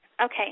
Okay